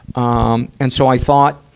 um and so, i thought,